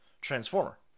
transformer